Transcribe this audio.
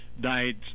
died